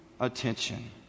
attention